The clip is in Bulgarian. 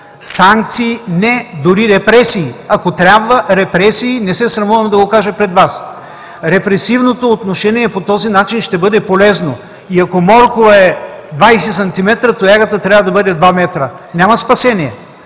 санкции – не! Дори репресии, ако трябва репресии – не се срамувам да го кажа пред Вас, репресивното отношение по този начин ще бъде полезно, и ако морковът е 20 см, тоягата трябва да бъде два метра. Няма спасение!